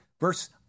Verse